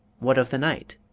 what of the night?